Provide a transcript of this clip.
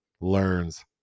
learns